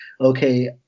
okay